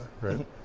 right